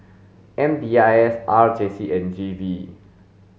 M D I S R J C and G V